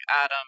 adam